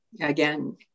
Again